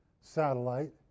satellite